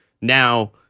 Now